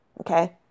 okay